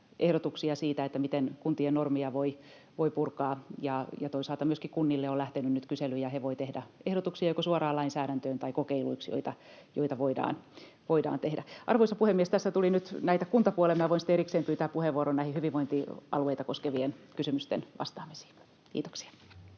ehdotuksia siitä, miten kuntien normeja voi purkaa. Ja toisaalta myöskin kunnille on lähtenyt nyt kyselyjä. He voivat tehdä ehdotuksia joko suoraan lainsäädäntöön tai kokeiluiksi, joita voidaan tehdä. Arvoisa puhemies! Tässä tuli nyt näitä kuntapuolen asioita. Voin sitten erikseen pyytää puheenvuoron näiden hyvinvointialueita koskevien kysymysten vastaamisiin. — Kiitoksia.